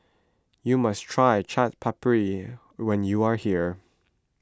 you must try Chaat Papri when you are here